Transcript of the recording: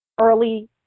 early